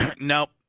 Nope